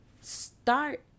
Start